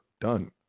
Done